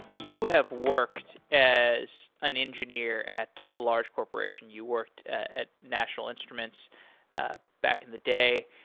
you have worked as an engineer at a large corporation. you worked at national instruments ah back in the day.